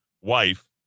wife